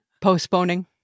postponing